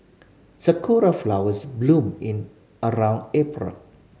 sakura flowers bloom and around April